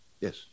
Yes